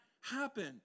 happen